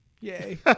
Yay